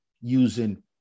using